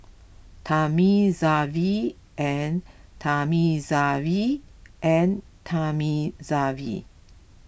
Thamizhavel and Thamizhavel and Thamizhavel